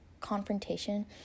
confrontation